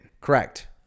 Correct